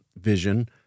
vision